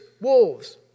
wolves